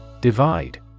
Divide